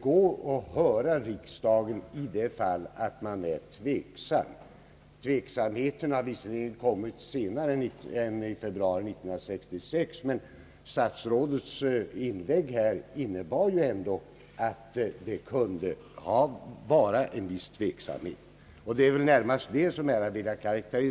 gå och höra riksdagen i de fall då man är tveksam. Tveksamheten har visserligen uppstått senare än februari 1966, men statsrådets inlägg här innebär ändå att det kunnat råda en viss tveksamhet. Det är väl närmast det som man här velat framhålla.